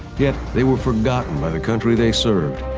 yet, they were forgotten by the country they served,